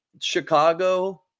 Chicago